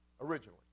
originally